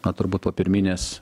na turbūt po pirminės